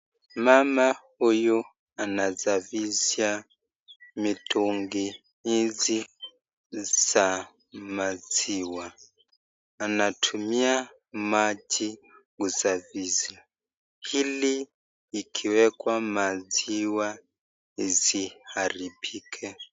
Mama huyu anazavizia mitungi nyizi za maziwa. Anatumia maji kusafisha. Ili ikiwekwa maziwa isiharibike.